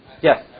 Yes